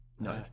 No